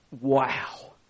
Wow